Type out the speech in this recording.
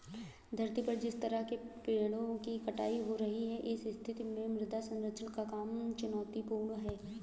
धरती पर जिस तरह से पेड़ों की कटाई हो रही है इस स्थिति में मृदा संरक्षण का काम चुनौतीपूर्ण है